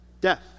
death